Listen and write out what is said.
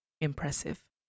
impressive